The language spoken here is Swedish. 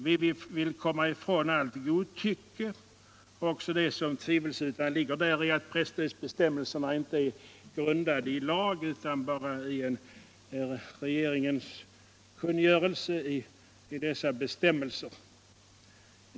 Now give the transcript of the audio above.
Vi vill komma ifrån allt godtycke, också det som tvivelsutan ligger däri att presstödsbestämmelserna inte är grundade i lag utan bara i regeringens kungörelse om bestämmelserna.